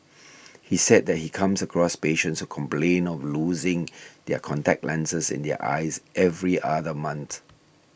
he said that he comes across patients complain of losing their contact lenses in their eyes every other month